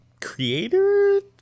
creator